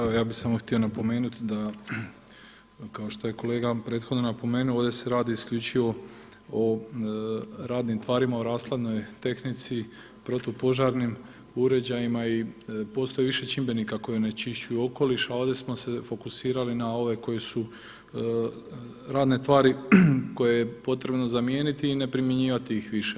Evo ja bih samo htio napomenuti da kao što je kolega prethodno napomenuo ovdje se radi isključivo o radnim tvarima u rashladnoj tehnici, protupožarnim uređajima i postoji više čimbenika koji onečišćuju okoliš, a ovdje smo se fokusirali na ove koji su radne tvari koje je potrebno zamijeniti i ne primjenjivati ih više.